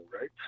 right